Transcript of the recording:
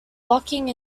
locking